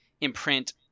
imprint